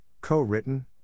co-written